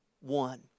one